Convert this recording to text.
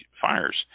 fires